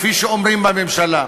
כפי שאומרים בממשלה,